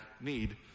need